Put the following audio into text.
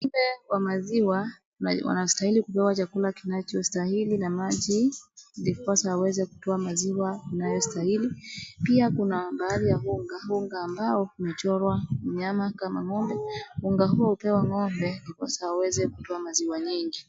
Ng'ombe w amaziwa wanastahili kupewa chakula kinachostahili na maji ndiposa waweze kutoa maziwa inayostahili. Pia kuna mahali ya unga, unga ambao umechorwa mnyama kama ng'ombe. Unga huyo hupewa ng'ombe ndiposa waweze kutoa maziwa mingi.